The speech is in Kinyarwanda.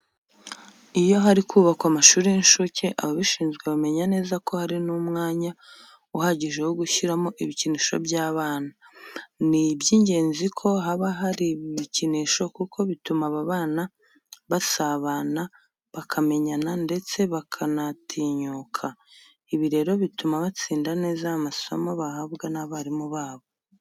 Iyo hari kubakwa amashuri y'incuke ababishinzwe bamenya neza ko hari n'umwanya uhagije wo gushyiramo ibikinisho by'abana. Ni iby'ingenzi ko haba hari ibi bikinisho kuko bituma aba bana basabana, bakamenyana ndetse bakanatinyuka. Ibi rero bituma batsinda neza amasomo bahabwa n'abarimu babo.